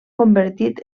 convertit